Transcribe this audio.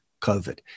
COVID